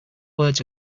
words